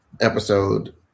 episode